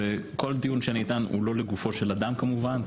כל טיעון שאני אטען הוא לא לגופו של אדם כמובן,